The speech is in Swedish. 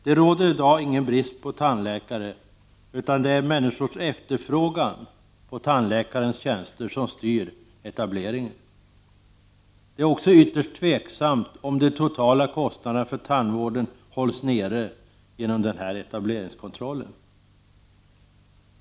Det råder i dag ingen brist på tandläkare, utan det är människors efterfrågan på tandläkares tjänster som styr etableringen. Det är också ytterst tveksamt om de totala kostnaderna för tandvården hålls nere genom etableringskontrollen.